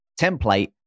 template